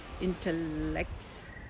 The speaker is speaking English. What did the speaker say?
intellects